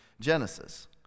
Genesis